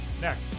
next